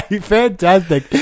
fantastic